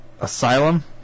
Asylum